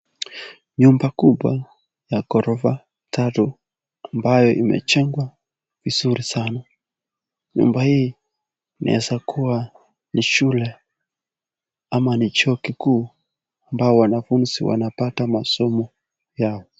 Nyumba kubwa ya gorofa tatu ambayo imejengwa vizuri sana. Nyumba hii inaweza kuwa ni shule ama ni chuo kikuu ambao wanafunzi wanapata masomo yao.